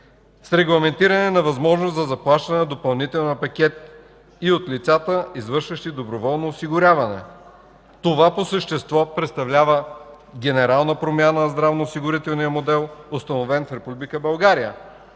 с регламентиране на възможност за заплащане на допълнителен пакет и от лицата, извършващи доброволно осигуряване. Това по същество представлява генерална промяна на здравноосигурителния модел, установен в